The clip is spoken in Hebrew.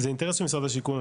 זה אינטרס של משרד השיכון,